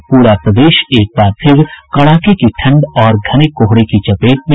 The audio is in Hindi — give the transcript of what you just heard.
और पूरा प्रदेश एक बार फिर कड़ाके की ठंड और घने कोहरे की चपेट में